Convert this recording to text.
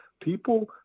People